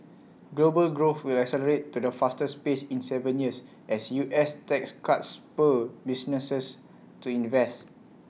global growth will accelerate to the fastest pace in Seven years as U S tax cuts spur businesses to invest